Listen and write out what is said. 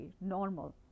normal